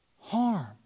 Harm